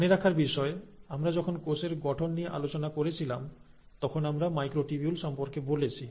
মনে রাখার বিষয় আমরা যখন কোষের গঠন নিয়ে আলোচনা করেছিলাম তখন আমরা মাইক্রোটিবিউল সম্পর্কে বলেছি